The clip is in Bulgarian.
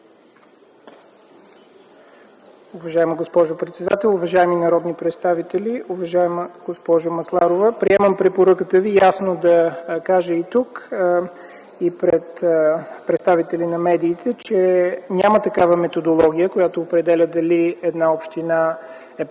Уважаема госпожо председател, уважаеми народни представители! Уважаема госпожо Масларова, приемам препоръката Ви ясно да кажа и тук, и пред представители на медиите, че няма такава методология, която определя дали една община е пред фалит